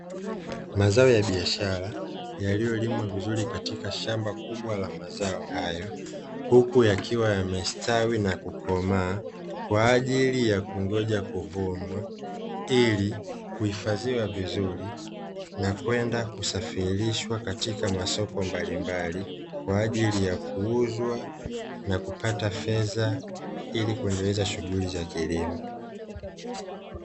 Mazao ya biashara yaliyolimwa vizuri katika shamba kubwa la mazao hayo huku yakiwa yamestawi na kukomaa kwa ajili ya kungoja kuvunwa, ili kuhifadhiwa vizuri na kwenda kusafirishwa katika masoko mbalimbali kwa ajili ya kuuzwa na kupata fedha ili kuendeleza shughuli za kilimo